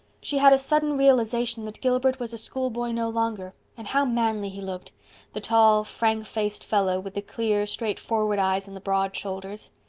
she had a sudden realization that gilbert was a schoolboy no longer. and how manly he looked the tall, frank-faced fellow, with the clear, straightforward eyes and the broad shoulders.